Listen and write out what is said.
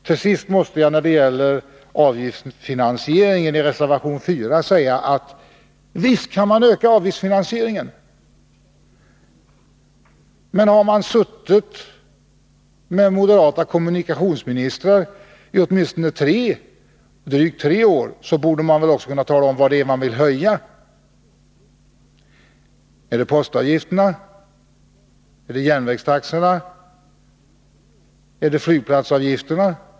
Till sist måste jag säga några ord när det gäller avgiftsfinansiering, som tas upp i reservation 4. Visst kan man öka avgiftsfinansieringen, men eftersom moderaterna innehaft kommunikationsministerposten i drygt tre år borde de också kunna tala om vilka avgifter de vill höja: Är det postavgifterna? Är det järnvägstaxorna? Är det flygplatsavgifterna?